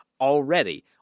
already